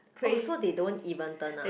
oh so they don't even turn up